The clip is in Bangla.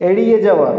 এড়িয়ে যাওয়া